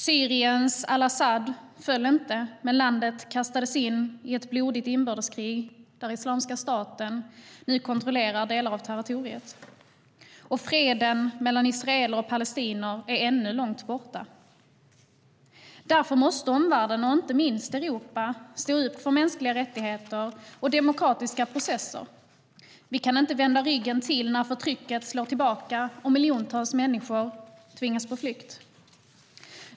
Syriens al-Asad föll inte, men landet kastades in i ett blodigt inbördeskrig där Islamiska staten kontrollerar delar av territoriet. Även freden mellan israeler och palestinier är ännu långt borta. Därför måste omvärlden, och inte minst Europa, stå upp för mänskliga rättigheter och demokratiska processer. Vi kan inte vända ryggen till när förtrycket slår tillbaka och miljontals människor tvingas på flykt.